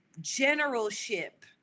generalship